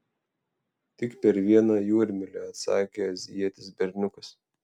tik per vieną jūrmylę atsakė azijietis berniukas